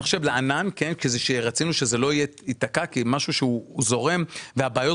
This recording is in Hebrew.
לענן כי רצינו שזה לא ייתקע אלא יהיה משהו זורם וכמעט